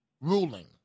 ruling